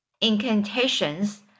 incantations